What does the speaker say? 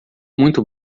muito